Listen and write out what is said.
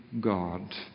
God